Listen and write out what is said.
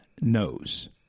knows